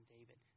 David